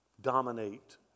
dominate